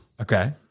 Okay